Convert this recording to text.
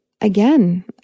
again